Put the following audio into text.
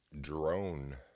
drone